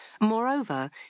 moreover